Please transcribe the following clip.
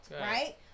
right